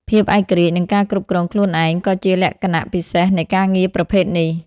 ភាពឯករាជ្យ និងការគ្រប់គ្រងខ្លួនឯង ក៏ជាលក្ខណៈពិសេសនៃការងារប្រភេទនេះ។